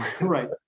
Right